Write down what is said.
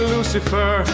Lucifer